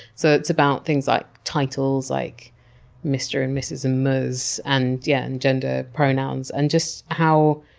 so, it's about things like titles like mister and misses and mrrs and yeah and gender pronouns. and just how,